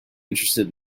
interested